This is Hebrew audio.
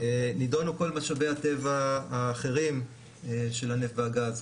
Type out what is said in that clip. נידונו כל משאבי הטבע האחרים של הנפט והגז,